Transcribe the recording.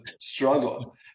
struggle